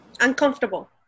Uncomfortable